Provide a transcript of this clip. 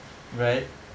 right